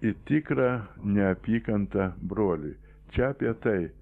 į tikrą neapykantą broliui čia apie tai